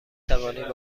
توانید